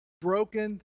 broken